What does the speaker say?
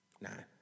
Nine